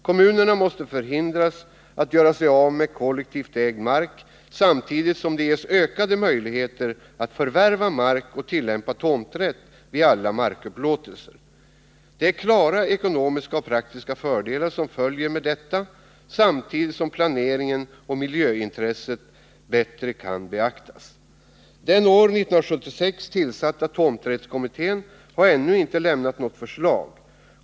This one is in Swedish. Kommunerna måste förhindras att göra sig av med kollektivt ägd mark, samtidigt som de ges ökade möjligheter att förvärva mark och tillämpa tomträtt vid alla markupplåtelser. Klara ekonomiska och praktiska fördelar följer med detta, samtidigt som planeringen och miljöintresset bättre kan beaktas. Den år 1976 tillsatta tomträttskommittén har ännu inte lämnat något förslag.